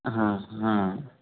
हाँ हाँ